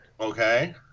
Okay